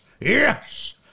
yes